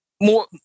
more